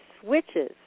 switches